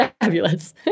Fabulous